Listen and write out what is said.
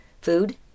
food